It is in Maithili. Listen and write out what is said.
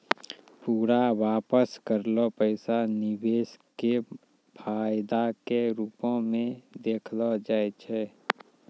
पूरा वापस करलो पैसा निवेश के फायदा के रुपो मे देखलो जाय छै